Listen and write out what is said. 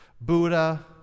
Buddha